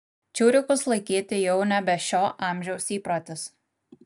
čiurikus laikyti jau nebe šio amžiaus įprotis